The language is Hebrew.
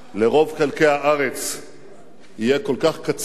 לרוב חלקי הארץ יהיה כל כך קצר